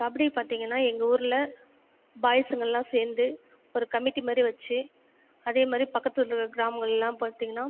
கபடி பார்த்தீங்கன்னா எங்கள் ஊரில் பாய்ஸுங்கள்லாம் சேர்ந்து ஒரு கமிட்டி மாதிரி வைச்சு அதே மாதிரி பக்கத்து ஊரில் கிராமங்கள்லாம் பார்த்தீங்கன்னா